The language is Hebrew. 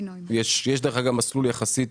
דרך אגב, יש מסלול יחסית